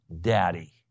Daddy